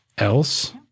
else